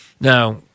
Now